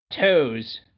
toes